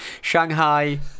Shanghai